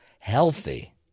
healthy